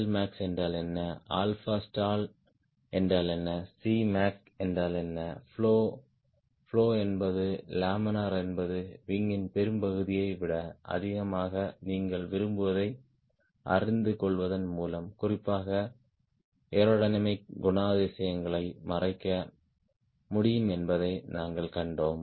எல்மேக்ஸ் என்றால் என்ன alpha stall என்றால் என்ன சிமாக் என்றால் என்ன பிளோ பிளோ என்பது லேமினார் என்பது விங்கின் பெரும்பகுதியை விட அதிகமாக நீங்கள் விரும்புவதை அறிந்து கொள்வதன் மூலம் குறிப்பாக ஏரோடைனமிக் குணாதிசயங்களை மறைக்க முடியும் என்பதை நாங்கள் கண்டோம்